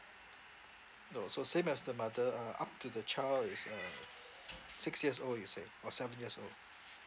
orh so same as the mother uh up to the child is uh six years old you said or seven years old